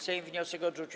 Sejm wniosek odrzucił.